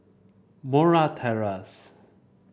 Murray Terrace